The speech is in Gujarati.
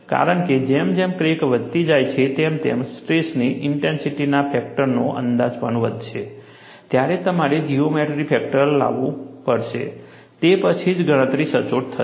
કારણ કે જેમ જેમ ક્રેક વધતી જાય છે તેમ તેમ સ્ટ્રેસની ઇન્ટેન્સિટીના ફેક્ટરનો અંદાજ પણ વધશે ત્યારે તમારે જીઓમેટ્રી ફેક્ટર લાવવું પડશે તે પછી જ ગણતરી સચોટ થશે